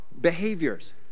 behaviors